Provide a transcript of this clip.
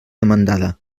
demandada